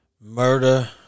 murder